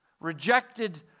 rejected